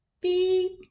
Beep